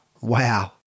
wow